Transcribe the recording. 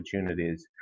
opportunities